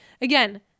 again